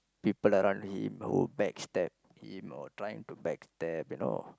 people around him who backstab him or trying to backstab you know